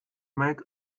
make